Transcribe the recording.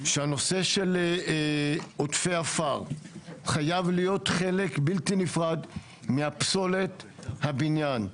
שהנושא של עודפי עפר חייב להיות חלק בלתי נפרד מהפסולת הבניין.